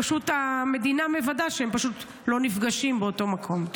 פשוט המדינה מוודאת שהם לא נפגשים באותו מקום.